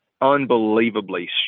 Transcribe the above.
unbelievably